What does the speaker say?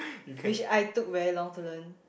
which I took very long to learn